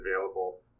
available